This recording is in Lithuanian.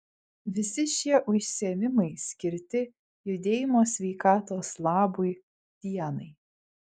visi šie užsiėmimai skirti judėjimo sveikatos labui dienai